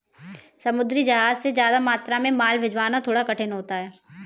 समुद्री जहाज से ज्यादा मात्रा में माल भिजवाना थोड़ा कठिन होता है